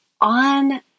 on